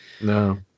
no